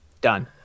Done